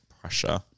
pressure